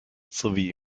sowie